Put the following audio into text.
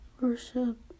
Worship